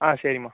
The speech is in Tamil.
ஆ சரிம்மா